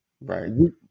right